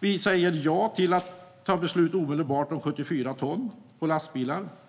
Vi säger ja till att omedelbart ta beslut om 74 ton på lastbilar.